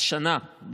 השנה,